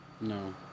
No